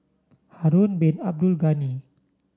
Harun Bin Abdul Ghani